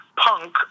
punk